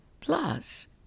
Plus